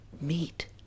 meet